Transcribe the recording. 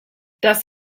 das